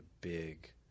big